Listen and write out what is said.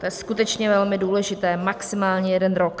To je skutečně velmi důležité, maximálně jeden rok.